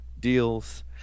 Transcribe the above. deals